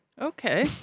Okay